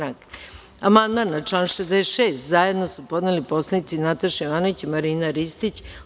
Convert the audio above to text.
Amandman na član 66. zajedno su podneli poslanici Nataša Jovanović i Marina Ristić.